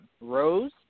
Rose